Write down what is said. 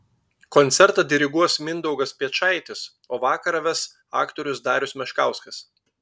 koncertą diriguos mindaugas piečaitis o vakarą ves aktorius darius meškauskas